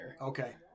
okay